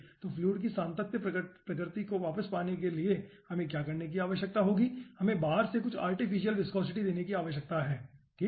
तो फ्लूइड की सातत्य प्रकृति को वापस पाने के लिए हमें क्या करने की आवश्यकता होगी हमें बाहर से कुछ आर्टिफीसियल विस्कोसिटी देने की आवश्यकता है ठीक है